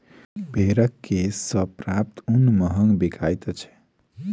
भेंड़क केश सॅ प्राप्त ऊन महग बिकाइत छै